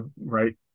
right